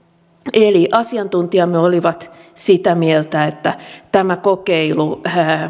eli asiantuntijamme olivat sitä mieltä että tämä kokeilu